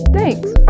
Thanks